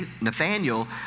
Nathaniel